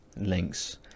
links